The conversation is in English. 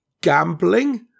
gambling